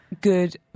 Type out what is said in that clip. good